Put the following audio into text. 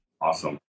Awesome